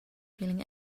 feel